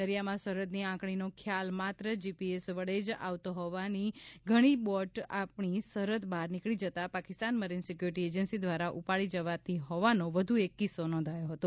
દરિયામાં સરહદની આંકણીનો ખ્યાલ માત્ર જીપીએસ વડે જ આવતો હોવાથી ઘણી બોટ આપણી સરહદ બહાર નીકળી જતા પાકિસ્તાન મરીન સિક્યોરીટી એજન્સી દ્વારા ઉપાડી જવાતી હોવાનો વધુ એક કિસ્સો નોંધાયો છે